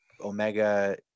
Omega